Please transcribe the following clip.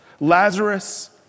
Lazarus